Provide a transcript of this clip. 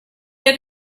had